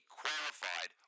qualified